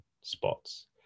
spots